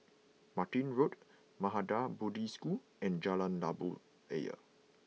Martin Road Maha Bodhi School and Jalan Labu Ayer